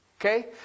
okay